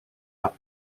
are